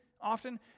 often